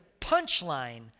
punchline